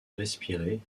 respirer